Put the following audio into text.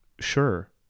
sure